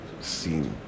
seen